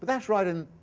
that's right in,